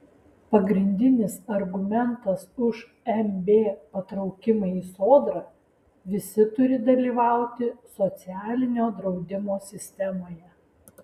pagrindinis argumentas už mb patraukimą į sodrą visi turi dalyvauti socialinio draudimo sistemoje